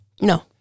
No